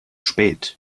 spät